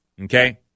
okay